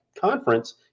conference